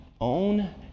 Own